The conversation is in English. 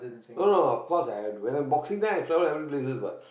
no no of course I have when I boxing then I travel every places what